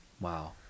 wow